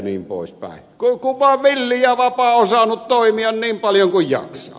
kun vaan villi ja vapaa on saanut toimia niin paljon kuin jaksaa